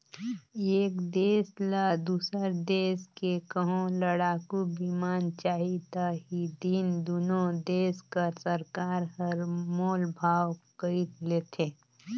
एक देस ल दूसर देस ले कहों लड़ाकू बिमान चाही ता ही दिन दुनो देस कर सरकार हर मोल भाव कइर लेथें